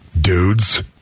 dudes